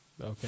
Okay